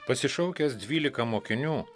pasišaukęs dvylika mokinių